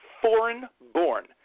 foreign-born